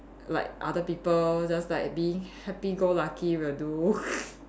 like other people just like being happy go lucky will do